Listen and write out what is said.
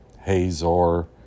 Hazor